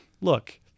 look